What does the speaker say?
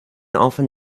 often